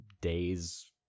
days